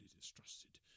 distrusted